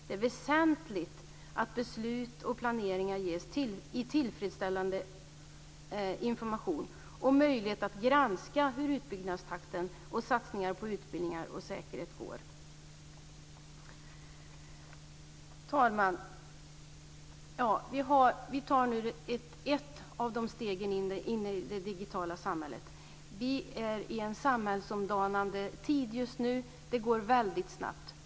Det är väsentligt att man ger tillfredsställande information om beslut och planeringar och möjlighet att granska hur utbyggnaden och satsningarna på utbildning och säkerhet går. Fru talman! Vi tar nu ett av stegen in i det digitala samhället. Vi befinner oss i en samhällsomdanande tid just nu, och det går väldigt snabbt.